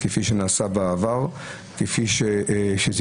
כפי שנעשה בעבר וכפי שזה